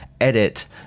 Edit